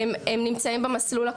הם נמצאים במסלול.